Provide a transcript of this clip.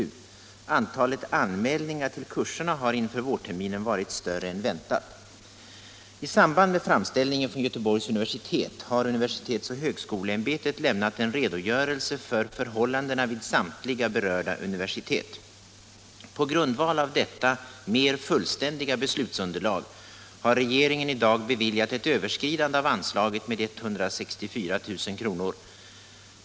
I samband med framställningen från Göteborgs universitet har universitets och högskoleämbetet lämnat en redogörelse för förhållandena vid samtliga berörda universitet. På grundval av detta mer fullständiga beslutsunderlag har regeringen i dag beviljat ett överskridande av anslaget med 164 000 kr.